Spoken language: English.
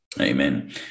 Amen